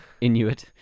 Inuit